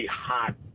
hot